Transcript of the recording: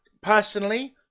personally